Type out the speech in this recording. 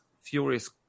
Furious